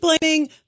blaming